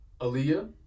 Aaliyah